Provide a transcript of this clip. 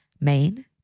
Main